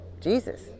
Jesus